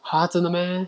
!huh! 真的 meh